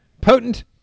potent